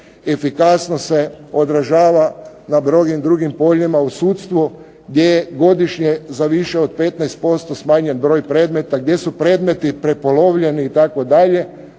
efikasnost se odražava na drugim brojnim poljima, na sudstvu gdje je godišnje za više od 15% smanjen broj predmeta, gdje su predmeti prepolovljeni itd.